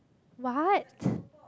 what